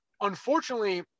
unfortunately